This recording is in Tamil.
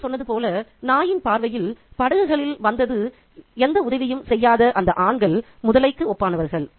நான் சொன்னது போல் நாயின் பார்வையில் படகுகளில் வந்தும் எந்த உதவியும் செய்யாத அந்த ஆண்கள் முதலைக்கு ஒப்பானவர்கள்